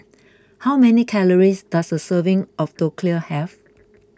how many calories does a serving of Dhokla have